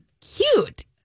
cute